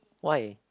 why